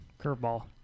Curveball